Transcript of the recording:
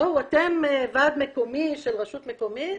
בואו אתם, ועד מקומי של רשות מקומית,